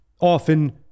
often